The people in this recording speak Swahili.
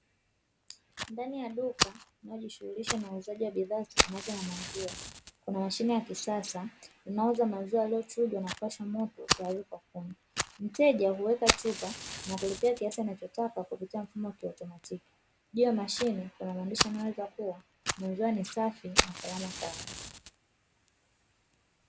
Ndani ya duka linalojihusisha na uuzaji wa bidhaa zitokanazo na maziwa kuna mashine ya kisasa inayouza maziwa yaliyochujwa na kupashwa moto tayali kwa kunywa; mteja huweka chupa na kulipia kiasi anachotaka kupitia mfumo wa kiautomatiki; juu ya mashine kuna maandishi yanayoeleza kuwa maziwa ni safi na salama kwa afya.